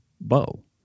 bow